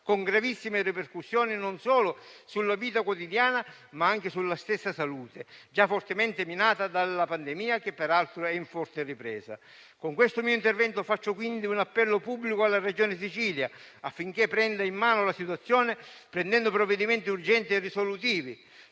con gravissime ripercussioni non solo sulla vita quotidiana, ma anche sulla stessa salute, già fortemente minata dalla pandemia, che peraltro è in forte ripresa. Con questo mio intervento rivolgo quindi un appello pubblico alla Regione Sicilia, affinché prenda in mano la situazione, assumendo provvedimenti urgenti e risolutivi.